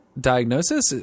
diagnosis